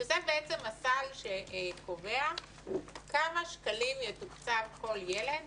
שזה בעצם הסל שקובע כמה שקלים יתוקצב כל ילד